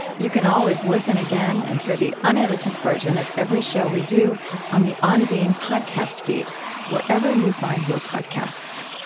you can always listen again and hear the unedited version of every show we do on the on being podcast feed wherever you find your podcasts